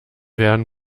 werden